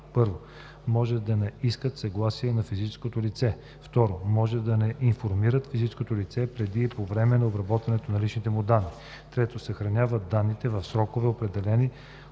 1. може да не искат съгласието на физическото лице; 2. може да не информират физическото лице преди и по време на обработването на личните му данни; 3. съхраняват данните в срокове, определени